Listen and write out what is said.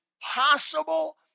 possible